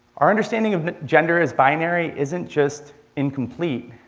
our understanding of gender as binary isn't just incomplete,